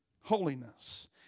holiness